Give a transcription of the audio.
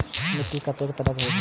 मिट्टी कतेक तरह के?